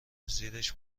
زیرش